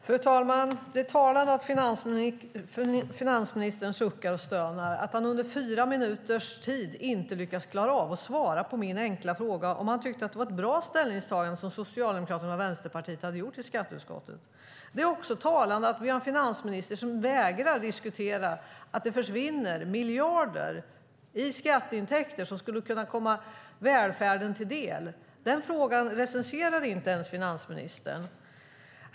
Fru talman! Det är talande att finansministern suckar och stönar och att han under fyra minuters tid inte klarar av att svara på min enkla fråga om han tyckte att det var ett bra ställningstagande som Socialdemokraterna och Vänsterpartiet har gjort i skatteutskottet. Det är också talande att vi har en finansminister som vägrar att diskutera att det försvinner miljarder i skatteintäkter som skulle kunna komma välfärden till del. Den frågan recenserar inte ens finansministern.